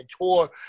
tour